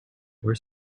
were